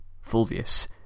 Fulvius